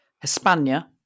Hispania